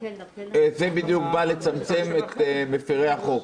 זה בדיוק מה לצמצם את מפרי החוק.